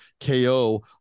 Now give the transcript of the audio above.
KO